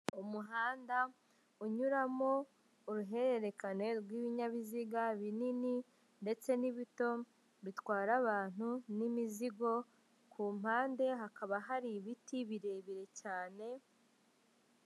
Umuhanda unyuramo uruhererekane rw'ibinyabiziga binini ndetse n'ibito bitwara abantu n'imizigo, ku mpande hakaba hari ibiti birebire cyane.